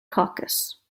caucus